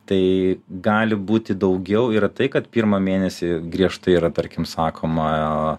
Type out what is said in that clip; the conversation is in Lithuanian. tai gali būti daugiau yra tai kad pirmą mėnesį griežtai yra tarkim sakoma